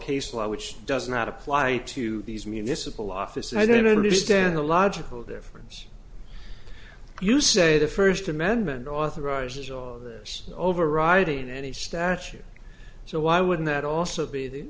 case law which does not apply to these municipal office i don't understand the logical difference you say the first amendment authorizes all of this overriding any statute so why wouldn't that also be